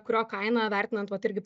kurio kaina vertinant vat irgi